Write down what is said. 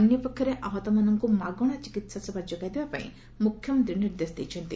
ଅନ୍ୟ ପକ୍ଷରେ ଆହତମାନଙ୍କୁ ମାଗଣା ଚିକିହା ସେବା ଯୋଗାଇ ଦେବା ପାଇଁ ମୁଖ୍ୟମନ୍ତୀ ନିର୍ଦ୍ଦେଶ ଦେଇଛନ୍ତି